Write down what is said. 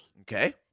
Okay